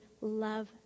love